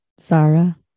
Zara